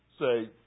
say